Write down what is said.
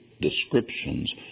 descriptions